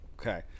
Okay